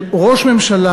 של ראש ממשלה,